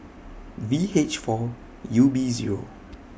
V H four U B Zero